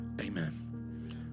amen